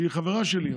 שהיא חברה שלי,